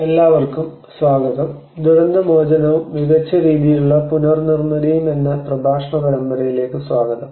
എല്ലാവർക്കും സ്വാഗതം ദുരന്ത മോചനവും മികച്ച രീതിയിലുള്ള പുനർ നിർമ്മിതിയും എന്ന പ്രഭാഷണ പരമ്പരയിലേക്ക് സ്വാഗതം